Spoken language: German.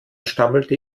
stammelte